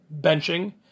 benching